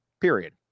Period